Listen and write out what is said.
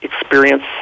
experience